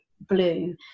blue